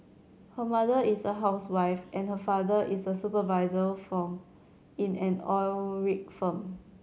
her mother is a housewife and her father is a supervisor for in an oil rig firm